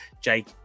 Jake